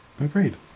Agreed